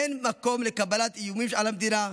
אין מקום לקבלת איומים על המדינה,